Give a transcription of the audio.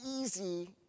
easy